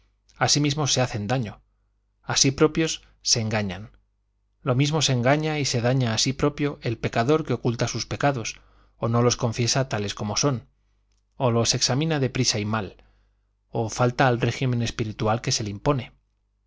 sí mismos se hacen daño a sí propios se engañan lo mismo se engaña y se daña a sí propio el pecador que oculta los pecados o no los confiesa tales como son o los examina de prisa y mal o falta al régimen espiritual que se le impone